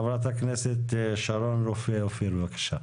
חברת הכנסת שרון רופא אופיר, בבקשה.